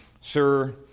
Sir